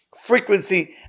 frequency